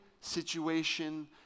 situation